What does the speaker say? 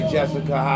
Jessica